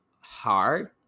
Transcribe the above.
hard